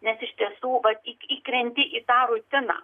nes iš tiesų vat į įkrenti į tą rutiną